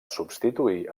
substituir